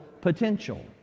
potential